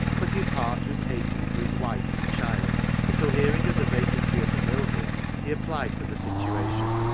but his heart was aching for his wife and child, and so hearing of the vacancy at the mill here, he applied for the situation,